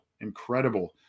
incredible